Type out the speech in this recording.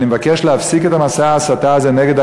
אני מבקש להפסיק את מעשה ההסתה הזה נגד